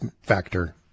factor